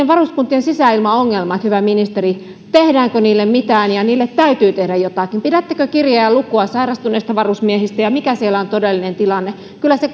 varuskuntien sisäilmaongelmat hyvä ministeri tehdäänkö niille mitään niille täytyy tehdä jotakin pidättekö kirjaa ja lukua sairastuneista varusmiehistä ja mikä siellä on todellinen tilanne kyllä se